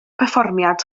perfformiad